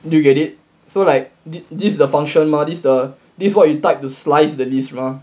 do you get it so like did thi~ this is the function mah this what you type to slice the list mah